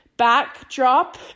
backdrop